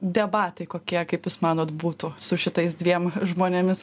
debatai kokie kaip jūs manot būtų su šitais dviem žmonėmis